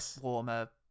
warmer